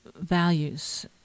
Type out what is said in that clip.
values